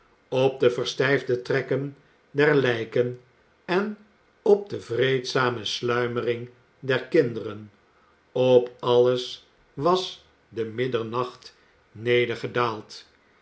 op de verstijfde trekken der lijken en op de vreedzame sluimering der kinderen op alles was de middernacht nedergedaald